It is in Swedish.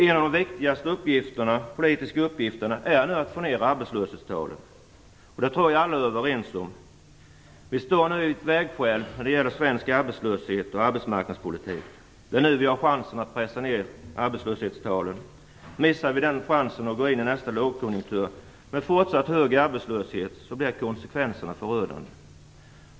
En av de viktigaste politiska uppgifterna är nu att få ner arbetslöshetstalen. Det tror jag att alla är överens om. Vi står nu vid ett vägskäl när det gäller svensk arbetslöshet och arbetsmarknadspolitik. Det är nu vi har chansen att pressa ner arbetslöshetstalen. Missar vi den chansen och går in i nästa lågkonjunktur med fortsatt hög arbetslöshet blir konsekvenserna förödande.